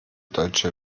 deutsche